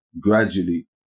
gradually